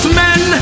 men